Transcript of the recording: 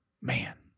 man